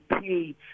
pay